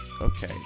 okay